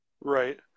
Right